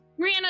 Rihanna